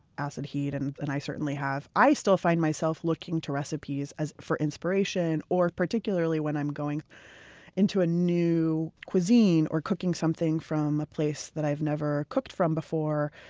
acid, heat and and i certainly have i still find myself looking to recipes as for inspiration, particularly when i'm going into a new cuisine or cooking something from a place that i've never cooked from before.